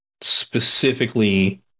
specifically